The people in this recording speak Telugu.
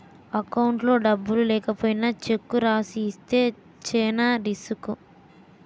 అకౌంట్లో డబ్బులు లేకపోయినా చెక్కు రాసి ఇస్తే చానా రిసుకు